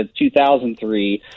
2003